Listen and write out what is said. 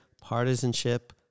partisanship